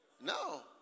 No